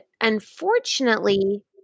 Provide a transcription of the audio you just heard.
unfortunately